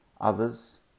Others